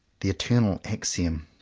the eternal axiom.